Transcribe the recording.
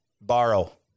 borrow